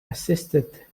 assisted